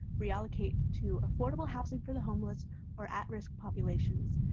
reallocate to affordable housing for the homeless or at risk populations,